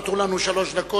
נותרו לנו שלוש דקות.